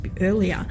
earlier